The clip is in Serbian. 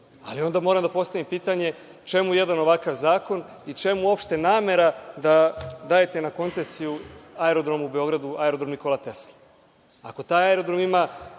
ali onda moram da postavim pitanje – čemu jedan ovakav zakon i čemu uopšte namera da dajete na koncesiju aerodrom u Beogradu Nikola Tesla? Ako taj aerodrom ima